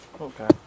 Okay